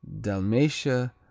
Dalmatia